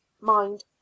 mind